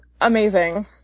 amazing